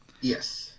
Yes